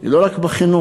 היא לא רק בחינוך,